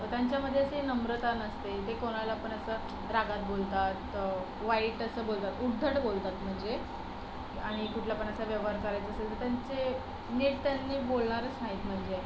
त्यांच्यामध्ये असे नम्रता नसते ते कोणाला पण असं रागात बोलतात वाईट असं बोलतात उद्धट बोलतात म्हणजे आणि कुठला पण असा व्यवहार करायचा असेल तर त्यांचे नीट त्यांनी बोलणारच नाहीत म्हणजे